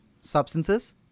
substances